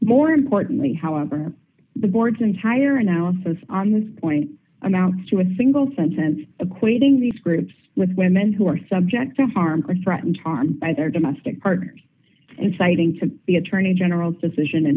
more importantly however the board's entire analysis on this point amounts to a single sentence equating these groups with women who are subject to harm or threatened harm by their domestic partners and fighting to the attorney general position a